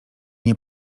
nie